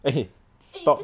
eh stop